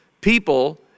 people